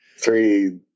three